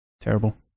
Terrible